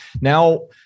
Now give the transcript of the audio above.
now